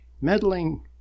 meddling